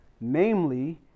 namely